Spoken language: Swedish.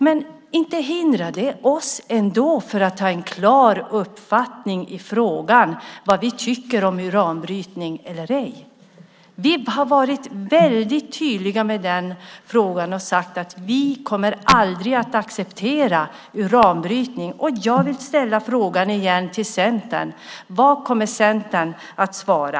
Men inte hindrar det att vi har en klar uppfattning i frågan om vad vi tycker om uranbrytning eller ej. Vi har varit väldigt tydliga i den frågan och sagt att vi aldrig kommer att acceptera uranbrytning. Jag vill återigen fråga vad Centern kommer att svara.